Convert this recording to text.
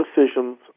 decisions